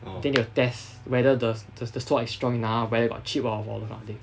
then they will test whether the the sword is strong enough whether got chip or anything